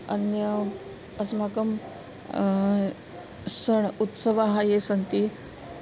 अन्यत् अस्माकं सण् उत्सवाः ये सन्ति